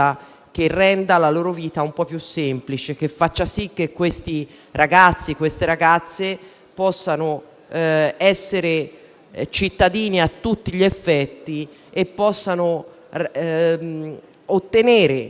che renda la loro vita un po' più semplice e che faccia sì che questi ragazzi e queste ragazze possano essere cittadini a tutti gli effetti e possano ottenere